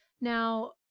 now